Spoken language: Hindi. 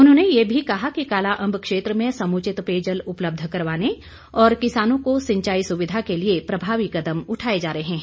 उन्होंने ये भी कहा कि कालाअंब क्षेत्र में समूचित पेयजल उपलब्ध करवाने और किसानों को सिंचाई सुविधा के लिए प्रभावी कदम उठाए जा रहे हैं